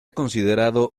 considerado